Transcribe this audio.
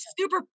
super